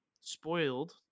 spoiled